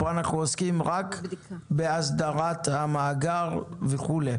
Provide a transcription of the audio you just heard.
פה אנחנו עוסקים רק בהסדרת המאגר וכו'.